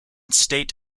state